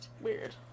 weird